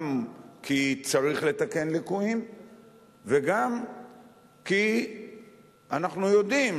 גם כי צריך לתקן ליקויים וגם כי אנחנו יודעים